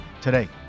today